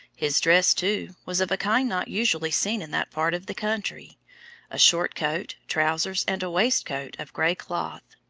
his dress, too, was of a kind not usually seen in that part of the country a short coat, trousers and a waistcoat of grey cloth.